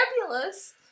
fabulous